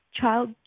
child